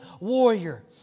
warrior